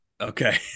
okay